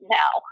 now